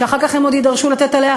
ואחר כך הם עוד יידרשו לתת עליה,